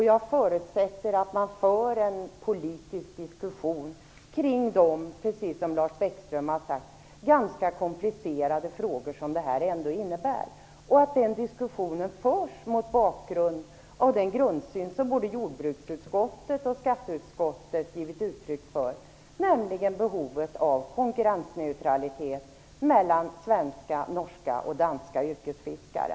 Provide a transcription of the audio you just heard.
Jag förutsätter att man för en politisk diskussion kring de, som Lars Bäckström sagt, ganska komplicerade saker som det här är fråga om och att diskussionen förs mot bakgrund av den grundsyn som både jordbruksutskottet och skatteutskottet givit uttryck för: behovet av konkurrensneutralitet mellan svenska, norska och danska yrkesfiskare.